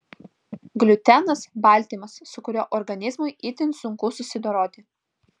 gliutenas baltymas su kuriuo organizmui itin sunku susidoroti